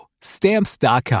Stamps.com